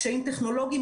קשיים טכנולוגיים.